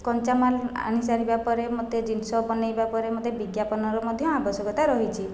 କଞ୍ଚାମାଲ ଆଣି ସାରିବା ପରେ ମୋତେ ଜିନିଷ ବନାଇବା ପରେ ମୋତେ ବିଜ୍ଞାପନର ମଧ୍ୟ ଆବଶ୍ୟକତା ରହିଛି